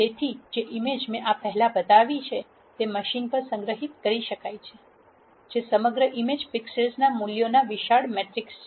તેથી જે ઇમેજ મેં આ પહેલાં બતાવી છે તે મશીન પર સંગ્રહિત કરી શકાય છે જે સમગ્ર ઈમેજ પિક્સેલ મૂલ્યોના વિશાળ મેટ્રિક્સ છે